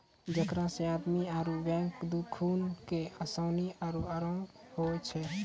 जेकरा से आदमी आरु बैंक दुनू के असानी आरु अराम होय छै